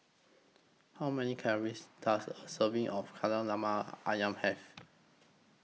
How Many Calories Does A Serving of Kari Lemak Ayam Have